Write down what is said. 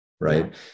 right